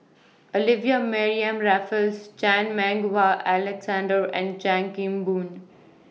Olivia Mariamne Raffles Chan Meng Wah Alexander and Chan Kim Boon